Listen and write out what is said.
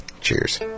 Cheers